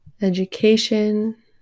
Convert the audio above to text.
education